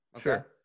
Sure